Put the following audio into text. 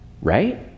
Right